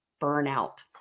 burnout